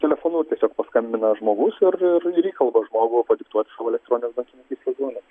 telefonu paskambina žmogus ir ir ir įkalba žmogų padiktuoti savo elektroninės bankininkystės duomenis